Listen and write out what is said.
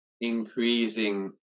increasing